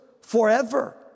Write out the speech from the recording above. forever